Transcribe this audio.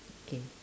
K